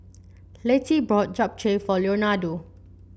Lettie bought Japchae for Leonardo